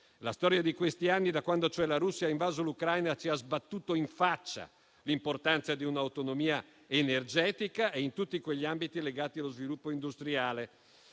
La storia di questi anni, da quando cioè la Russia ha invaso l'Ucraina, ci ha sbattuto in faccia l'importanza di un'autonomia energetica e in tutti quegli ambiti legati allo sviluppo industriale.